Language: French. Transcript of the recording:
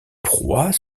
proies